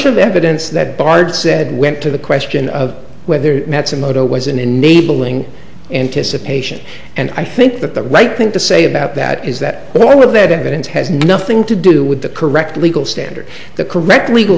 of evidence that bard said went to the question of whether that's a moto was an enabling anticipation and i think that the right thing to say about that is that while that evidence has nothing to do with the correct legal standard the correct legal